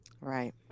Right